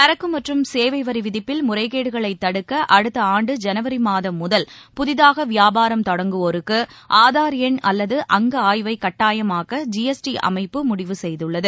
சரக்குமற்றும் சேவைவரிவிதிப்பில் முறைகேடுகளைத் தடுக்கஅடுத்தஆண்டு ஜனவரிமாதம் முதல் புதிதாகவியாபாரம் தொடங்குவோருக்குஆதார் எண் அல்லதுஅங்கஆய்வைகட்டாயமாக்க ஜிஎஸ்டி அமைப்பு முடிவு செய்துள்ளது